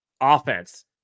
offense